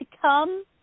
come